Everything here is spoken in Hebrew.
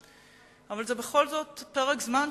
אבל זה בכל זאת פרק זמן,